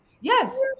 Yes